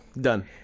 Done